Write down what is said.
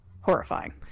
Horrifying